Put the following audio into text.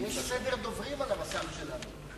יש סדר דוברים על המסך שלנו.